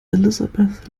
elizabeth